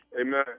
Amen